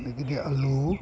ꯑꯗꯒꯤꯗꯤ ꯑꯥꯜꯂꯨ